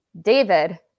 David